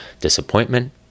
disappointment